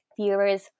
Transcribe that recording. viewers